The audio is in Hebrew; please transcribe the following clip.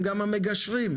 המועצה לכפרים בלתי מוכרים.